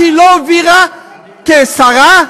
לקריאה ראשונה.